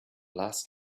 last